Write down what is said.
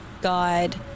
guide